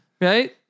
Right